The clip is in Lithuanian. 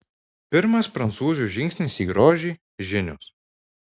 pirmas prancūzių žingsnis į grožį žinios